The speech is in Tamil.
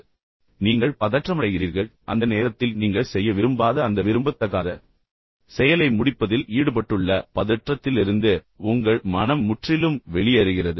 பின்னர் நீங்கள் பதற்றமடைகிறீர்கள் அந்த நேரத்தில் நீங்கள் செய்ய விரும்பாத அந்த விரும்பத்தகாத செயலை முடிப்பதில் ஈடுபட்டுள்ள பதற்றத்திலிருந்து உங்கள் மனம் முற்றிலும் வெளியேறுகிறது